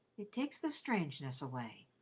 it takes the strangeness away.